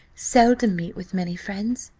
seldom meet with many friends,